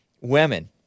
women